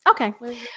okay